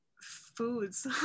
foods